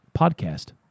podcast